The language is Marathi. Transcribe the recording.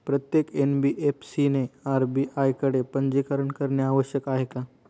प्रत्येक एन.बी.एफ.सी ने आर.बी.आय कडे पंजीकरण करणे आवश्यक आहे का?